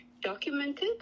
documented